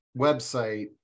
website